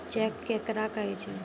Cheque केकरा कहै छै?